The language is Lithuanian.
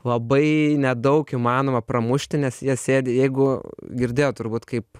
labai nedaug įmanoma pramušti nes jie sėdi jeigu girdėjot turbūt kaip